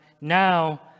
now